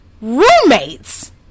roommates